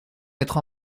mettre